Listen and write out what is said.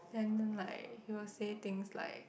then like he will say things like